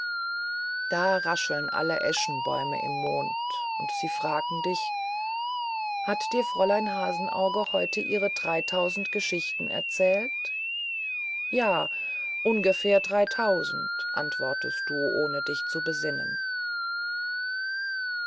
da rascheln alle eschenbäume im mond und sie fragen dich hat dir fräulein hasenauge heute ihre dreitausend geschichten erzählt ja ungefähr dreitausend antwortest du ohne dich zu besinnen